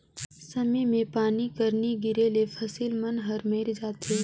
समे मे पानी कर नी गिरे ले फसिल मन हर मइर जाथे